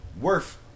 worth